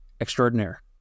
Extraordinaire